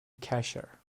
cashier